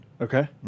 Okay